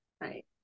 Right